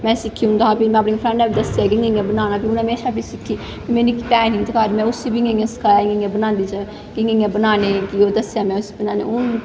में सिक्खी उं'दे शा फ्ही में अपनी फ्रैंडें गी बी दस्सेआ इ'यां इ'यां बनाना फिर उ'नें मेरै शा बी सिक्खी मेरी निक्की भैन ही घर में उसी बी इ'यां सखाया इ'यां इ'यां बनांदी जा इ'यां इ'यां बनाने कि ओह् दस्सेआ में उसी बनाना हून